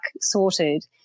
sorted